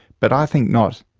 but i think not.